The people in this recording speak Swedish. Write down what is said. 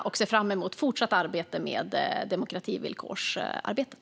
Jag ser fram emot det fortsatta demokrativillkorsarbetet.